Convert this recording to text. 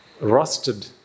rusted